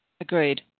agreed